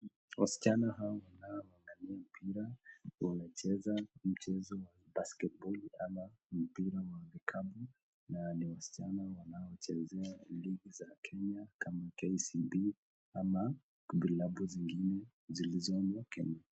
Waschana hao wanaoangalia mpira, wanacheza mchezo wa [basketball] ama mpira wa kikapu, na ni waschana wanao chezea ligi za kenya kama [kcb] ama vilabu zingine zilizomo Kenya.